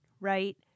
right